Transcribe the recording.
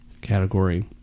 category